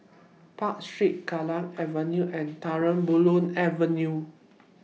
Park Street Kallang Avenue and Terang Bulan Avenue